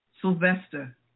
Sylvester